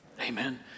Amen